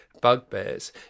bugbears